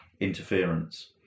interference